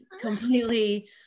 completely